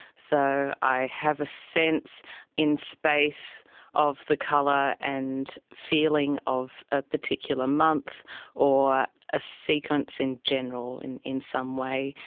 so i have a sense in space of the colour and feeling of a particular month or a sequence in general in in some way.